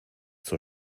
zur